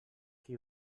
qui